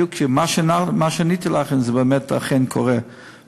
ואם מה שעניתי לך באמת אכן קורה.